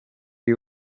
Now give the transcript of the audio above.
you